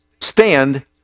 stand